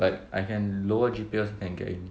like I can lower G_P_A also can get in